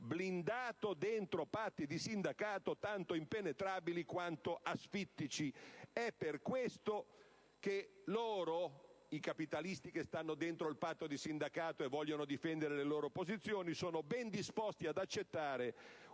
blindato dentro patti di sindacato tanto impenetrabili quanto asfittici. Per questo motivo, i capitalisti che stanno dentro il patto di sindacato e vogliono difendere le loro posizioni sono ben disposti ad accettare